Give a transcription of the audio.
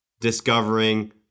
discovering